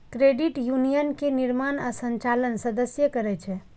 credit union के निर्माण आ संचालन सदस्ये करै छै